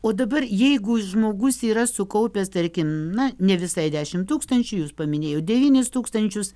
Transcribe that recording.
o dabar jeigu žmogus yra sukaupęs tarkim na ne visai dešimt tūkstančių jūs paminėjot devynis tūkstančius